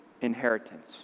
inheritance